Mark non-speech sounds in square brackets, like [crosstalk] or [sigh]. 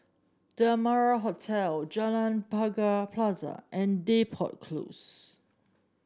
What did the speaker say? The Amara Hotel [unintelligible] Pagar Plaza and Depot Close